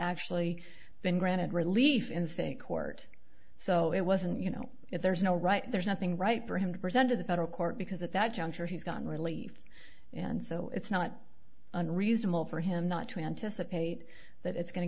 actually been granted relief in the state court so it wasn't you know if there's no right there's nothing right for him to present to the federal court because at that juncture he's got relief and so it's not unreasonable for him not to anticipate that it's going to